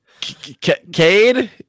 Cade